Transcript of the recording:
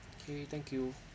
okay thank you